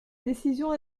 décision